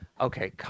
okay